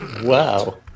Wow